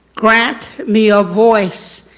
grant me a voice,